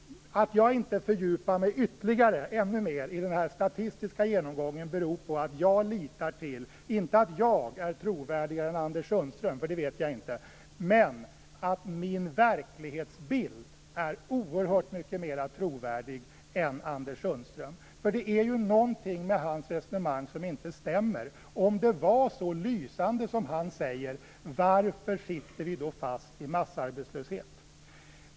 Att jag inte fördjupar mig ytterligare i den här statistiska genomgången beror på att jag litar till - inte att jag är trovärdigare än Anders Sundström; det vet jag nämligen inte - att min verklighetsbild är mycket mer trovärdig än Anders Sundströms. Det är ju någonting med hans resonemang som inte stämmer. Om det vore så lysande som han säger undrar jag varför vi sitter fast i massarbetslöshet.